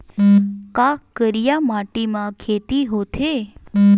का करिया माटी म खेती होथे?